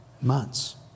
months